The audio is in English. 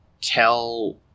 tell